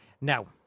Now